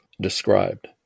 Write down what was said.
described